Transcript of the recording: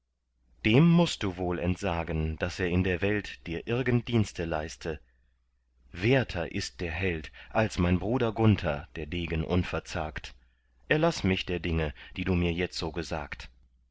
dem mußt du wohl entsagen daß er in der welt dir irgend dienste leiste werter ist der held als mein bruder gunther der degen unverzagt erlaß mich der dinge die du mir jetzo gesagt